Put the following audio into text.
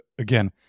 again